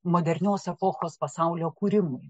modernios epochos pasaulio kūrimui